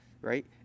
right